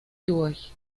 durch